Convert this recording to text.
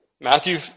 Matthew